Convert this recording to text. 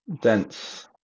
dense